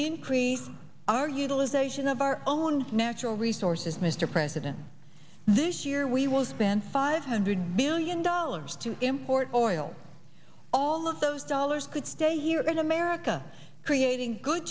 increase our utilization of our own natural resources mr president this year we will spend five hundred billion dollars to import oil all of those dollars could stay here in america creating good